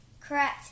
Correct